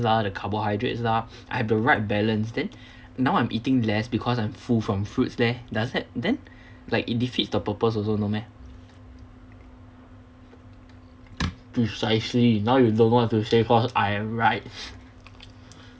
lah the carbohydrates lah I have the right balance then now I'm eating less because I'm full from fruits then does that then like it defeats the purpose also no meh precisely now you don't want to say cause I right